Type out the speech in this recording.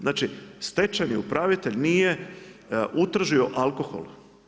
Znači, stečajni tražitelj nije utržio alkohol.